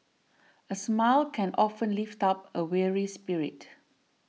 a smile can often lift up a weary spirit